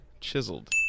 Chiseled